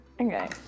Okay